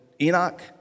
Enoch